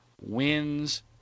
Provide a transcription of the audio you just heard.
wins